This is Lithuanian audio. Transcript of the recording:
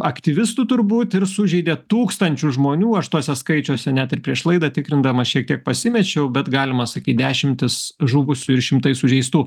aktyvistų turbūt ir sužeidė tūkstančius žmonių aš tuose skaičiuose net ir prieš laidą tikrindamas šiek tiek pasimečiau bet galima sakyt dešimtys žuvusių ir šimtai sužeistų